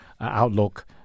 outlook